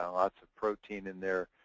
ah lots of protein in there,